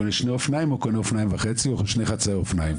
קונה שני זוגות אופניים או אופניים וחצי או שני חצאי אופניים.